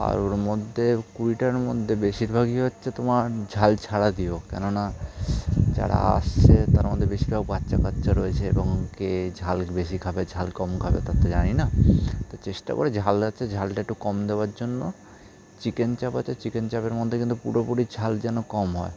আর ওর মধ্যে কুড়িটার মধ্যে বেশিরভাগই হচ্ছে তোমার ঝাল ছাড়া দিও কেননা যারা আসছে তার মধ্যে বেশিরভাগ বাচ্চা কাচ্চা রয়েছে এবং কে ঝাল বেশি খাবে ঝাল কম খাবে তা তো জানি না তো চেষ্টা কোরো ঝাল দেওয়ার চেয়ে ঝালটা একটু কম দেওয়ার জন্য চিকেন চাপ আছে চিকেন চাপের মধ্যে কিন্তু পুরোপুরি ঝাল যেন কম হয়